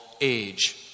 age